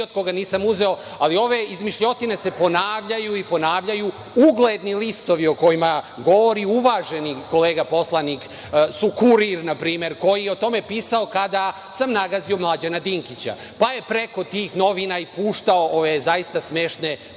od koga nisam uzeo, ali ove izmišljotine se ponavljaju i ponavljaju. Ugledni listovi o kojima govori uvaženi kolega poslanik su npr. Kurir, koji je o tome pisao kada sam nagazio Mlađana Dinkića, pa je preko tih novina i puštao ove zaista smešne